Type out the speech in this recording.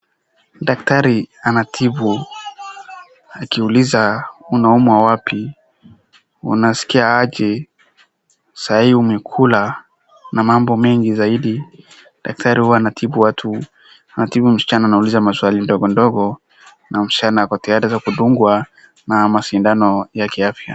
Daktari anatibu akiuliza unaumwa wapi, unasikia aje, sahii umekula na mambo mengi ziaidi. Daktari huwa anatibu watu, anatibu msichana anauliza maswali ndogondogo na msichana ako tayari hata kudungwa na masindano ya kiafya.